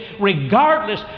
regardless